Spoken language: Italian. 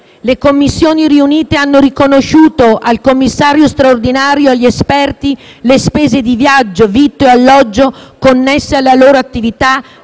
amministrazione; - riconosciuto al Commissario straordinario e agli esperti le spese di viaggio, vitto e alloggio connesse alle loro attività